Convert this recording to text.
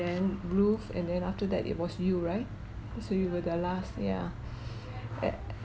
bruce and then after that it was you right so you were there last ya